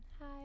hi